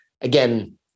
again